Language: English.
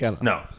No